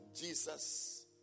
Jesus